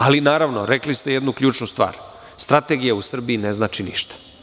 Ali, naravno, rekli ste jednu ključnu stvar, strategija u Srbiji ne znači ništa.